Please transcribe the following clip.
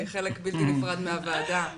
היא חלק בלתי נפרד מהוועדה...